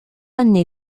année